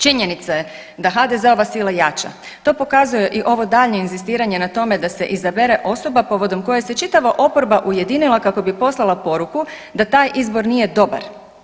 Činjenica je da HDZ-ova sila jača to pokazuje i ovo daljnje inzistiranje na tome da se izabere osoba povodom koje se čitava oporba ujedinila kako bi poslala poruku da taj izbor nije dobar.